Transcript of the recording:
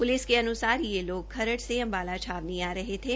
police के अनुसार ये लोग खरड़ से अंबाला छावनी आ रहे थे